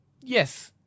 yes